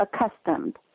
accustomed